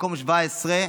מקום 17,